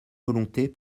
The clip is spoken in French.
volontés